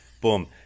Boom